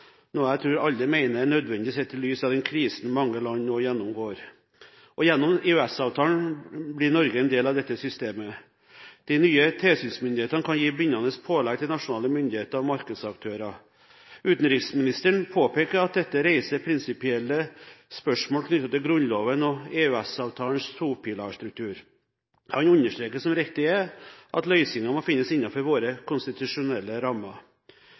noe jeg tror alle mener er nødvendig, sett i lys av den krisen mange land nå gjennomgår. Gjennom EØS-avtalen blir Norge en del av dette systemet. De nye tilsynsmyndighetene kan gi bindende pålegg til nasjonale myndigheter og markedsaktører. Utenriksministeren påpeker at dette reiser prinsipielle spørsmål knyttet til Grunnloven og EØS-avtalens topilarstruktur. Han understreker, som riktig er, at løsningen må finnes innenfor våre konstitusjonelle rammer.